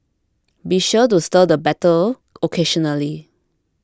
be sure to stir the batter occasionally